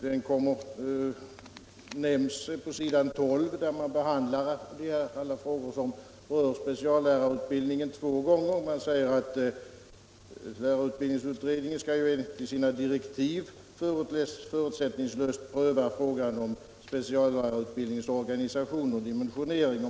Den nämns två gånger på s. 12, där utskottet behandlar de frågor som rör speciallärarutbildningen. Utskottet säger att 1974 års lärarutbildningsutredning enligt sina direktiv förutsättningslöst skall pröva frågan om speciallärarutbildningens organisation och dimensionering.